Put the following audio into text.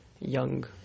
young